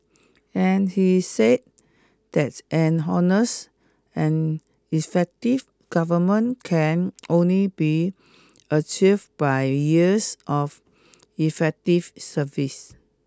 and he said that an honest and effective government can only be achieved by years of effective service